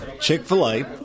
Chick-fil-A